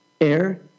air